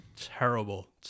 terrible